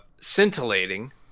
scintillating